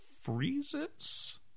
freezes